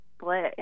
split